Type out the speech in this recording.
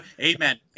Amen